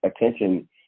attention